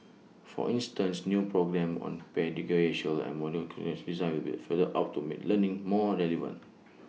for instance new programmes on pedagogical and modular curriculum design will be for the out to make learning more relevant